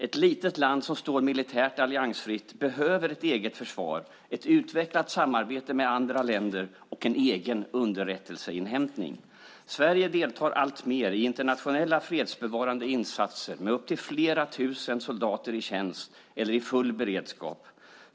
Ett litet land som står militärt alliansfritt behöver ett eget försvar, ett utvecklat samarbete med andra länder och en egen underrättelseinhämtning. Sverige deltar alltmer i internationella fredsbevarande insatser med upp till flera tusen soldater i tjänst eller i full beredskap.